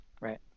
right